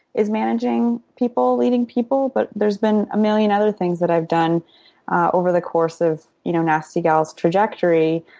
is managing people, leading people. but there's been a million other things that i've done over the course of, you know, nasty gal's trajectory.